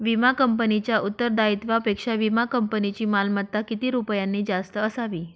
विमा कंपनीच्या उत्तरदायित्वापेक्षा विमा कंपनीची मालमत्ता किती रुपयांनी जास्त असावी?